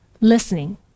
listening